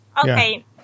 okay